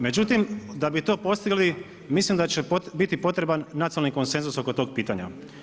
Međutim, da bi to postigli, mislim da će biti potreban nacionalan konsenzus oko tog pitanja.